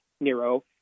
Nero